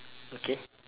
okay